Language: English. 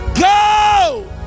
Go